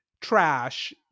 trash